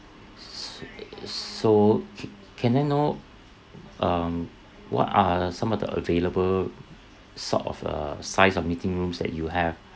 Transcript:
s~ uh so can can I know um what are some of the available sort of uh size of meeting rooms that you have